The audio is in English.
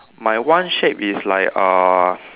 my one shape is like uh